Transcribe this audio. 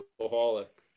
alcoholic